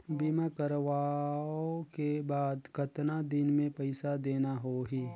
बीमा करवाओ के बाद कतना दिन मे पइसा देना हो ही?